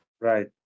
Right